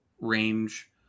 range